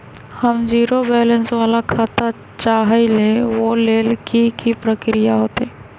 हम zero balance वाला खाता चाहइले वो लेल की की प्रक्रिया होतई?